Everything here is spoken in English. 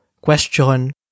question